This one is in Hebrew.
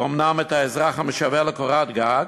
אומנם את האזרח המשווע לקורת גג,